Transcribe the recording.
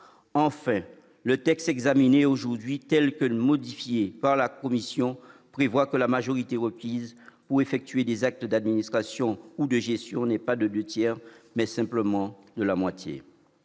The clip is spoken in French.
Enfin, le texte examiné aujourd'hui, tel que modifié par la commission, prévoit que la majorité requise pour effectuer des actes d'administration ou de gestion n'est pas des deux tiers, mais est simplement de la moitié.